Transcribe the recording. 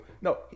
No